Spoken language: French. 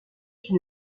une